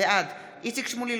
בעד איציק שמולי,